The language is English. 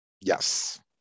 Yes